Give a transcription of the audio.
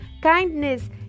kindness